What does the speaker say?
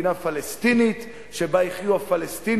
מדינה פלסטינית שבה יחיו הפלסטינים,